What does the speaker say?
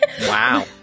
Wow